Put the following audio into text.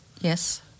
yes